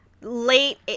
late